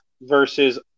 versus